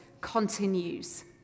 continues